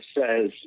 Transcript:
says